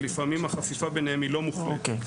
לפעמים החפיפה ביניהם היא לא מוחלטת.